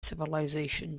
civilisation